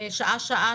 שעה-שעה,